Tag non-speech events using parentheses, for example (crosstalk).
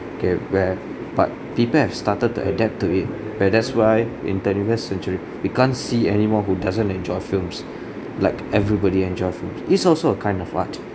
K where part people have started to adapt to it but that's why in twentieth century we can't see anyone who doesn't enjoy films (breath) like everybody enjoy films it's also a kind of art